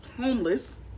homeless